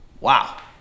Wow